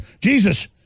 Jesus